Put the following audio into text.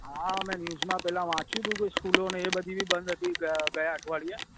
હા મેં ન્યૂઝમાં પેલા વાંચ્યું હતું કે સ્કૂલોને એ બધી ભી બંધ હતી ગ ગયા અઠવાડિયે